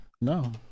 No